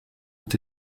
ont